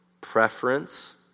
preference